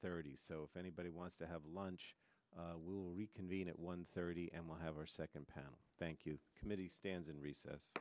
thirty so if anybody wants to have lunch we will reconvene at one thirty and we'll have our second panel thank you committee stands in recess